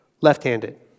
Left-handed